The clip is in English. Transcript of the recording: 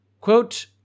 quote